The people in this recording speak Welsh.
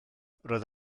roedd